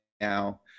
now